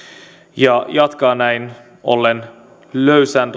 ja jatkaa näin ollen löysän